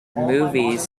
movies